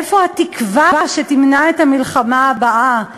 איפה התקווה שתמנע את המלחמה הבאה?